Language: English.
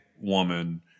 woman